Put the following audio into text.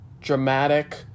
dramatic